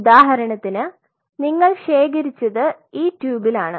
ഉദാഹരണത്തിന് നിങ്ങൾ ശേഖരിച്ചത് ഈ ട്യൂബിലാണ്